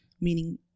meaning